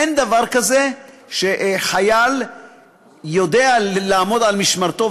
אין דבר כזה שחייל יודע לעמוד על משמרתו,